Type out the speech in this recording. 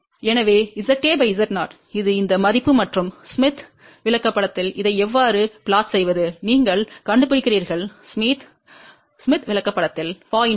எனவே ZA Z0 இது இந்த மதிப்பு மற்றும் ஸ்மித் விளக்கப்படத்தில் இதை எவ்வாறு சதி செய்வது நீங்கள் கண்டுபிடிக்கிறீர்கள் ஸ்மித் விளக்கப்படத்தில் 0